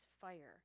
fire